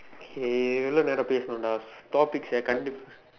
okay எவ்வளவு நேரம் பேசனும்டா:evvalavu neeram peesanumdaa டாப்பிக்ஸ்'ச கண்டு:daappiks'sa kandu